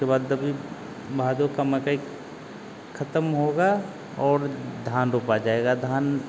उसके बाद अभी भादों का मकई ख़त्म होगा और धान रोपा जाएगा धान